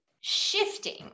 shifting